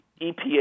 EPA